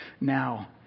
now